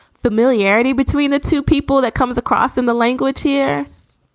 familiarity between the two people that comes across in the language. yes.